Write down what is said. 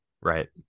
right